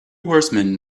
horsemen